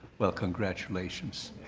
well, congratulations.